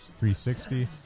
360